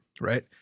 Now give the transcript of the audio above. right